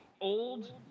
old